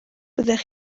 byddech